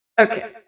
okay